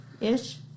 ish